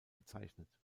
bezeichnet